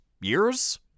Years